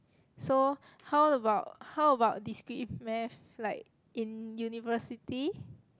so how about how about discrete math like in university